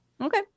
Okay